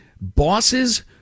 bosses